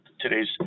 today's